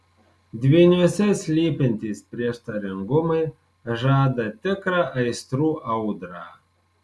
dvyniuose slypintys prieštaringumai žada tikrą aistrų audrą